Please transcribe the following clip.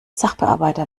sachbearbeiter